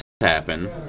happen